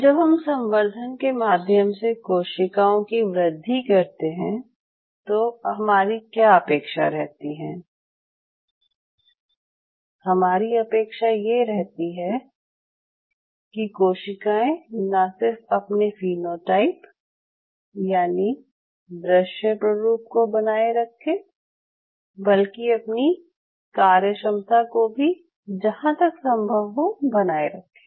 जब हम संवर्धन के माध्यम से कोशिकाओं की वृद्धि करते हैं तो हमारी क्या अपेक्षा रहती हैं हमारी अपेक्षा यह रहती है कि कोशिकाएं ना सिर्फ अपने फीनोटाइप यानि दृश्य प्ररूप को बनाये रखे बल्कि अपनी कार्य क्षमता को भी जहां तक संभव हो बनाए रखें